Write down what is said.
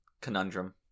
conundrum